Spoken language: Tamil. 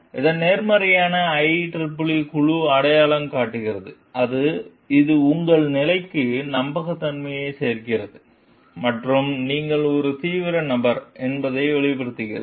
அதன் நேர்மறைகள் IEEE குழு அடையாளம் காட்டுகிறது அது இது உங்கள் நிலைக்கு நம்பகத்தன்மையை சேர்க்கிறது மற்றும் நீங்கள் ஒரு தீவிர நபர் என்பதை தெளிவுபடுத்துகிறது